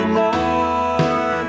more